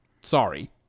sorry